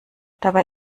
dabei